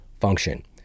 function